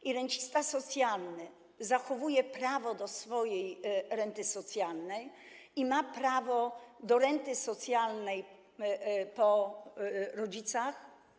I rencista socjalny zachowuje prawo do swojej renty socjalnej i ma prawo do renty socjalnej po rodzicach.